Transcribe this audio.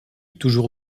toujours